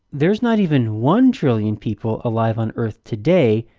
there's not even one trillion people alive on earth today.